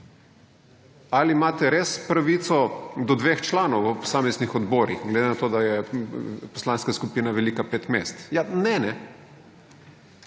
Ali imate res pravico do 2 članov v posameznih odborih glede na to, da je poslanska skupina velika 5 mest? Ja ne.